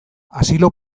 asilo